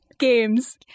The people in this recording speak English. Games